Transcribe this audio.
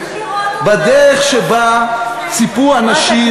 בדרך שבה ציפו אנשים,